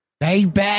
baby